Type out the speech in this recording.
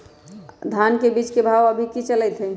धान के बीज के भाव अभी की चलतई हई?